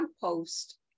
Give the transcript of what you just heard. post